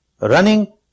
Running